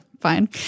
fine